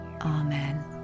Amen